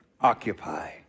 Occupy